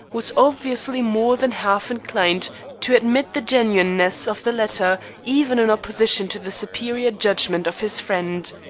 was obviously more than half-inclined to admit the genuineness of the letter, even in opposition to the superior judgment of his friend.